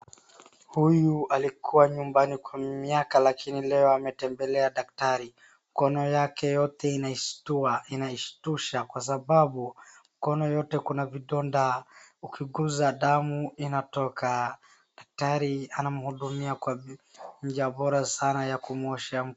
Huyu alikuwa nyumbani kwa miaka lakini leo ametembelea daktari. Mikono yake inashtusha kwa sababu mikono yote kuna vidonda, ukigusa damu inatoka. Daktari anamhudumia kwa njia bora sana ya kumuosha.